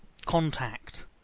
contact